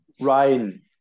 Ryan